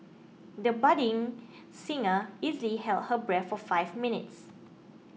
the budding singer easily held her breath for five minutes